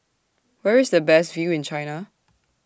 Where IS The Best View in China